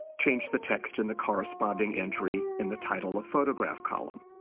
change the text in the corresponding entry in the title of photograph column.